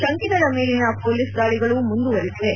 ಶಂಕಿತರ ಮೇಲಿನ ಪೊಲೀಸ್ ದಾಳಿಗಳು ಮುಂದುವರೆದಿವೆ